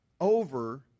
over